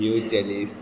U jellies